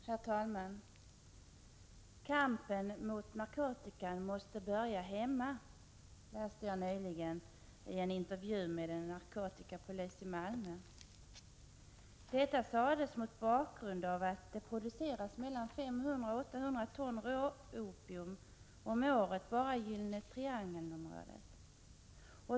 Herr talman! Kampen mot narkotikan måste börja hemma, läste jag nyligen i en intervju med en narkotikapolis i Malmö. Detta sades mot bakgrund av att det produceras mellan 500 och 800 ton råopium om året bara i Gyllene Triangeln.